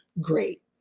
Great